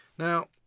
Now